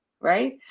right